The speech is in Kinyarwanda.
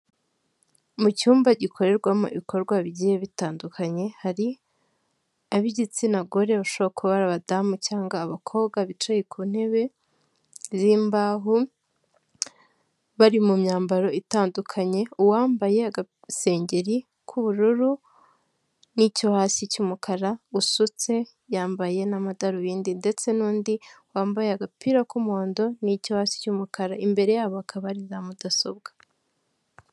Mu cyumba gikorerwamo ibikorwa bigiye bitandukanye, hari ab'igitsina gore bashobora kuba ari abadamu cyangwa abakobwa bicaye ku ntebe z'imbaho bari mu myambaro itandukanye, uwambaye agasengeri k'ubururu n'icyo hasi cy'umukara usutse yambaye n'amadarubindi ndetse n'undi wambaye agapira k'umuhondo n'icyo hasi cy'umukara, imbere yabo hakaba hari za mudasobwa.